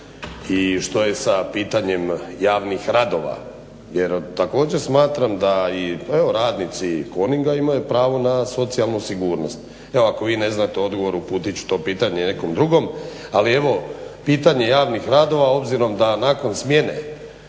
i što je sa pitanjem javnih radova jer također smatram da i evo radnici Köninga imaju pravo na socijalnu sigurnost. Ako vi ne znate odgovor uputit ću to pitanje nekom drugom. Ali evo, pitanje javnih radova obzirom da nakon smjene